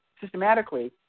systematically